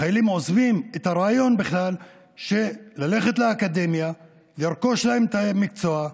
החיילים עוזבים בכלל את הרעיון של ללכת לאקדמיה לרכוש להם מקצוע,